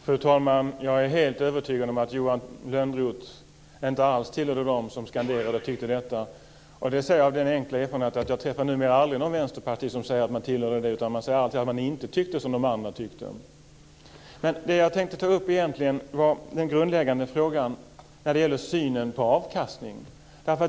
Fru talman! Jag är helt övertygad om att Johan Lönnroth inte alls tillhörde dem som skanderade och tyckte detta. Det säger jag av den enkla erfarenheten att jag numera aldrig träffar någon vänsterpartist som säger att man tillhörde dem. Man säger alltid att man inte tyckte som de andra tyckte. Det jag egentligen tänkte ta upp var den grundläggande frågan som gäller synen på avkastningen.